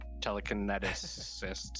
telekineticists